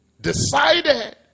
decided